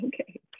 Okay